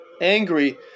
angry